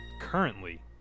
currently